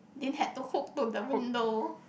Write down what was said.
didn't had to hook to the window